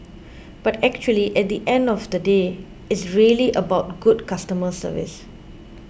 but actually at the end of the day it's really about good customer service